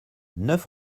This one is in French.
neuf